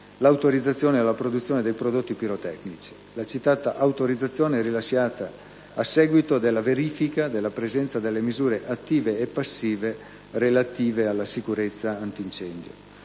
l'autorizzazione alla produzione dei prodotti pirotecnici: la citata autorizzazione è rilasciata a seguito della verifica della presenza delle misure attive e passive relative alla sicurezza antincendio.